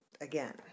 again